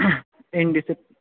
इन्डिसि